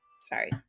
sorry